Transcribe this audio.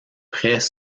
près